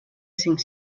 cinc